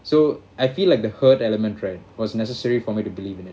so I feel like the hurt element right was necessary for me to believe it